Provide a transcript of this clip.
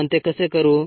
आपण ते कसे करू